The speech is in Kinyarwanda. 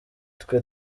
twe